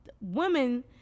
women